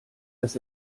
dass